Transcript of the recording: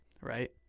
right